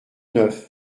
neuf